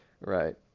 Right